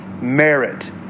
merit